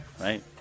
Right